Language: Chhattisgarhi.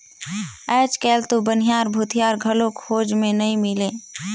आयज कायल तो बनिहार, भूथियार घलो खोज मे नइ मिलें